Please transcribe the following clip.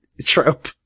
trope